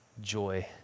joy